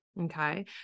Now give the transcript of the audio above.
Okay